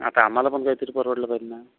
आता आम्हाला पण काहीतरी परवडलं पाहिजे ना